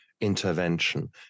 intervention